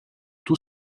tout